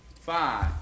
five